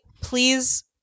please